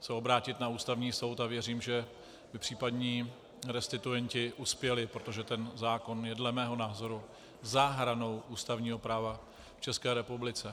se obrátit na Ústavní soud, a věřím, že by případní restituenti uspěli, protože ten zákon je dle mého názoru za hranou ústavního práva v České republice.